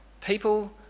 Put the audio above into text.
people